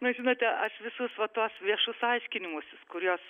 nu žinote aš visus va tuos viešus aiškinimusis kuriuos